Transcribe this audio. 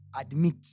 Admit